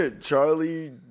Charlie